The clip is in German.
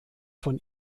von